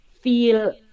feel